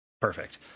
Perfect